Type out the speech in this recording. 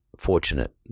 fortunate